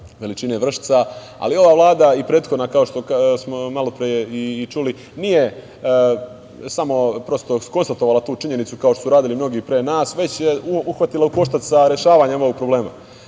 veličine Vršca. Ali, ova Vlada i prethodna, kao što smo malopre i čuli, nije samo prosto konstatovala tu činjenicu kao što su radili mnogi pre nas, već se uhvatila u koštac sa rešavanjem ovog problema.